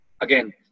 Again